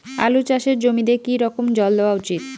আলু চাষের জমিতে কি রকম জল দেওয়া উচিৎ?